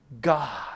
God